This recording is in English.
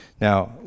now